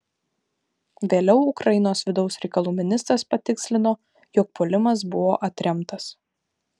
vėliau ukrainos vidaus reikalų ministras patikslino jog puolimas buvo atremtas